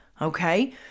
Okay